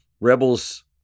Rebels